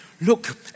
look